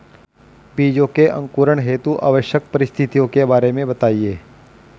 बीजों के अंकुरण हेतु आवश्यक परिस्थितियों के बारे में बताइए